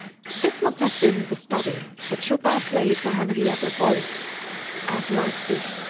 this must have been the study that chopin played for henrietta voigt at leipsic,